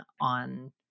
on